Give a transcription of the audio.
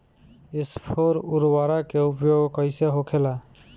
स्फुर उर्वरक के उपयोग कईसे होखेला?